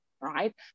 right